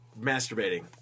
masturbating